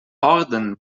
orden